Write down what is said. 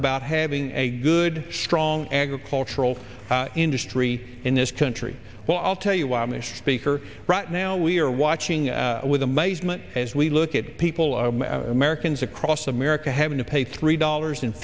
about having a good strong agricultural industry in this country well i'll tell you why amish baker right now we are watching with amazement as we look at people are americans across america having to pay three dollars and